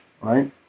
right